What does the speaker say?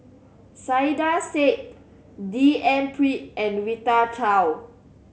Saiedah Said D N Pritt and Rita Chao